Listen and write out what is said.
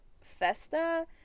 Festa